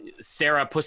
sarah